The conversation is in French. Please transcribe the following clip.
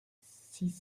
six